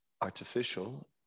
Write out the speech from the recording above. artificial